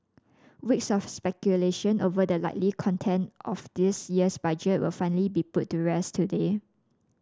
weeks of speculation over the likely content of this year's Budget will finally be put to rest today